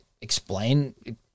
explain